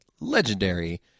legendary